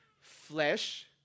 flesh